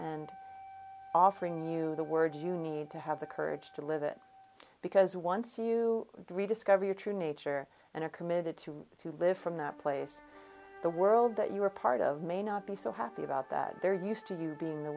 and offering you the word you need to have the courage to live it because once you rediscover your true nature and are committed to to live from that place the world that you were part of may not be so happy about that they're used to you being the